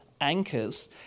Anchors